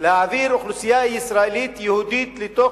להעביר אוכלוסייה ישראלית יהודית לתוך